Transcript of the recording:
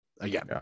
again